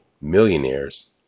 millionaires